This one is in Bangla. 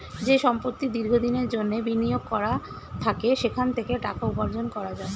যে সম্পত্তি দীর্ঘ দিনের জন্যে বিনিয়োগ করা থাকে সেখান থেকে টাকা উপার্জন করা যায়